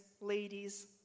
ladies